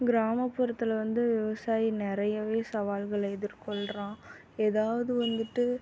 கிராமபுறத்தில் வந்து விவசாயி நிறையவே சாவல்களை எதிர்கொள்கிறான் ஏதாவது வந்துட்டு